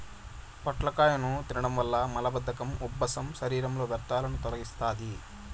పొట్లకాయను తినడం వల్ల మలబద్ధకం, ఉబ్బసం, శరీరంలో వ్యర్థాలను తొలగిస్తాది